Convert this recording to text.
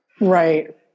right